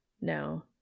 No